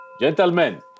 Gentlemen